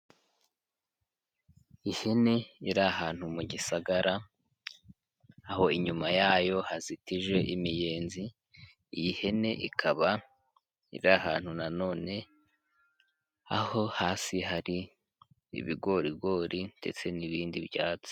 Ihene iri ahantu mu gisagara, aho inyuma yayo hazitije imiyenzi, iyi hene ikaba iri ahantu na none aho hasi hari ibigorigori ndetse n'ibindi byatsi.